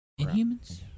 Inhumans